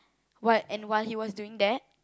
what and while he was doing that